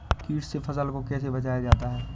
कीट से फसल को कैसे बचाया जाता हैं?